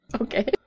okay